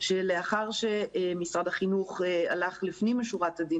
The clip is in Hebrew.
לאחר שמשרד החינוך הלך לפנים משורת הדין